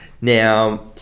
Now